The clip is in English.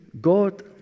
God